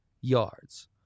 yards